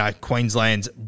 Queensland's